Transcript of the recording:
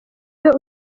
iyo